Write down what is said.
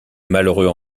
malheureux